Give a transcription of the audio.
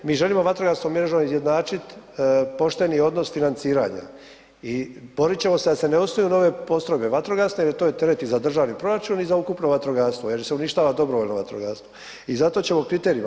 Mi želimo vatrogasnu mrežu izjednačit, pošteni odnos financiranja i borit ćemo se da se ne osnuju nove postrojbe vatrogasne jer to je teret i za državni proračun i za ukupno vatrogastvo jer se uništava dobrovoljno vatrogastvo i zato ćemo kriterijima.